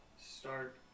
start